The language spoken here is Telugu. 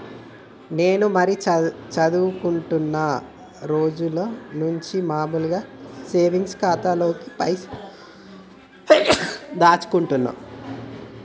నేను మరీ చదువుకుంటున్నా రోజుల నుంచి మామూలు సేవింగ్స్ ఖాతాలోనే పైసలు దాచుకుంటున్నాను